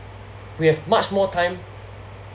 we have much more time